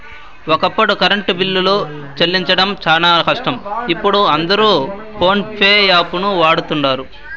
ఒకప్పుడు కరెంటు బిల్లులు సెల్లించడం శానా కష్టం, ఇపుడు అందరు పోన్పే యాపును వాడతండారు